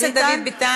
חבר הכנסת דוד ביטן,